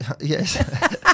Yes